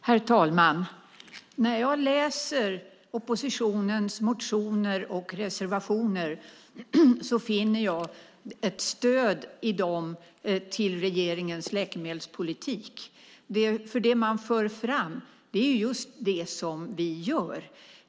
Herr talman! När jag läser oppositionens motioner och reservationer finner jag ett stöd i dem för regeringens läkemedelspolitik. Det som man för fram är just det som vi gör.